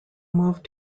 moved